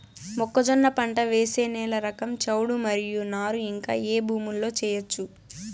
మొక్కజొన్న పంట వేసే నేల రకం చౌడు మరియు నారు ఇంకా ఏ భూముల్లో చేయొచ్చు?